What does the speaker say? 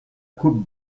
coupe